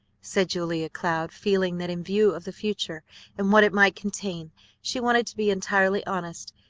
said julia cloud, feeling that in view of the future and what it might contain she wanted to be entirely honest,